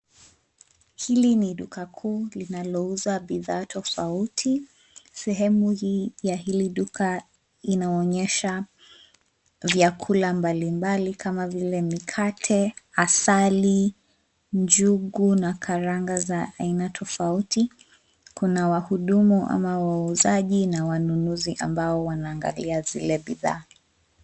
Hili ni duka kuu linalouza bidhaa tofauti. Sehemu hii ya hili duka inaonyesha vyakula mbalimbali kama vile; mikate, asali, njugu na karanga za aina tofauti. Kuna wahudumu ama wauzaji na wanunuzi ambao wanaangalia zile bidhaa.